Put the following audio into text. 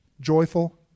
joyful